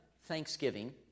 Thanksgiving